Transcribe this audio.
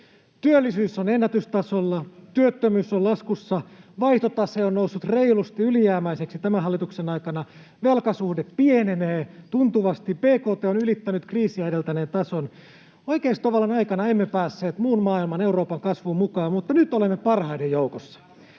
Työllisyys on ennätystasolla, työttömyys on laskussa, vaihtotase on noussut reilusti ylijäämäiseksi tämän hallituksen aikana, velkasuhde pienenee tuntuvasti, bkt on ylittänyt kriisiä edeltäneen tason. Oikeistovallan aikana emme päässeet muun maailman, Euroopan kasvuun mukaan, mutta nyt olemme parhaiden joukossa.